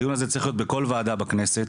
הדיון הזה צריך להיות בכל וועדה בכנסת.